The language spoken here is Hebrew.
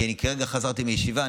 כי כרגע חזרתי מישיבה.